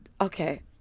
okay